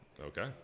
Okay